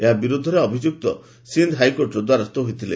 ଏହା ବିରୋଧରେ ଅଭିଯୁକ୍ତ ସିନ୍ଧ୍ ହାଇକୋର୍ଟର ଦ୍ୱାରସ୍ଥ ହୋଇଥିଲେ